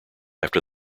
after